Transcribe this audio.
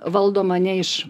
valdoma ne iš